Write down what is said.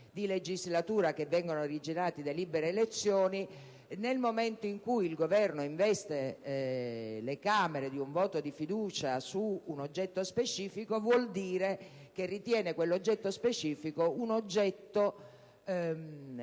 di legislatura che vengono originati da libere elezioni, nel momento in cui il Governo investe le Camere di un voto di fiducia su un oggetto specifico, vuol dire che ritiene quell'oggetto specifico meritevole